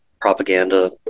propaganda